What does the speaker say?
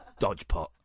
Dodgepot